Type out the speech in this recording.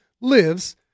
lives